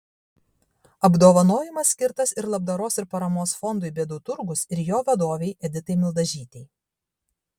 apdovanojimas skirtas ir labdaros ir paramos fondui bėdų turgus ir jo vadovei editai mildažytei